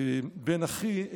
בן אחי,